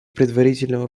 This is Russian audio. предварительного